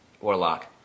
Warlock